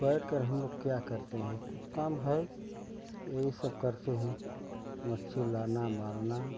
बैठ कर हम लोग क्या करते हैं कुछ काम है यही सब करते हैं लाना मारना